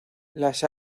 las